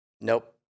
nope